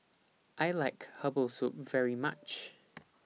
I like Herbal Soup very much